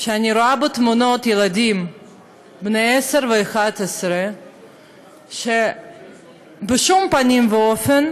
אני רואה בתמונות ילדים בני עשר ו-11 שבשום פנים ואופן